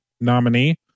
nominee